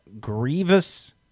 grievous